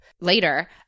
later